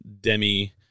Demi